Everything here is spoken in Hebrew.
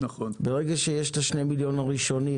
ברגע שיש את ה-2 מיליון שקל הראשונים